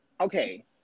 okay